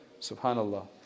Subhanallah